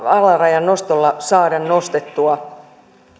alarajan nostolla saada nostettua